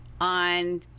on